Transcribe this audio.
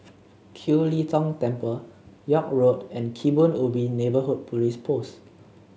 Kiew Lee Tong Temple York Road and Kebun Ubi Neighbourhood Police Post